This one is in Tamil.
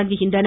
தொடங்குகின்றன